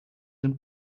den